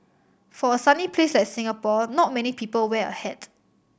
for a sunny place like Singapore not many people wear a hat